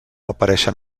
apareixen